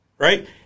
Right